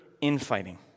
infighting